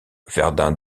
verdun